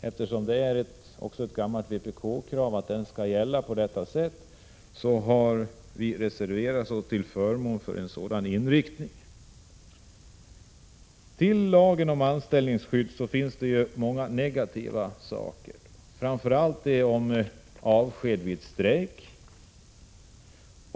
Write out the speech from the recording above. Eftersom det är ett gammalt vpk-krav att lagen skall ha denna inriktning, har vi reserverat oss till förmån för detta. Lagen om anställningsskydd har många negativa inslag, bl.a. reglerna om avsked vid strejk.